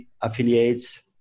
affiliates